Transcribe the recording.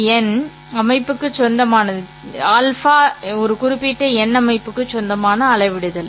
α ஒரு குறிப்பிட்ட எண் அமைப்புக்கு சொந்தமான அளவிடுதல்